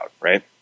right